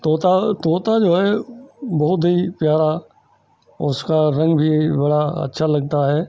तोता तोता जो है बहुत ही प्यारा और उसका रंग भी बड़ा अच्छा लगता है